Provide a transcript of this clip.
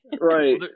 Right